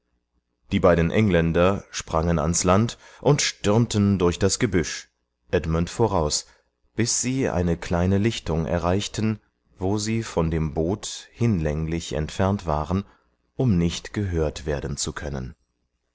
die beiden engländer sprangen ans land und stürmten durch das gebüsch edmund voraus bis sie eine kleine lichtung erreichten wo sie von dem boot hinlänglich entfernt waren um nicht gehört werden zu können